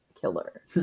killer